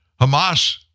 Hamas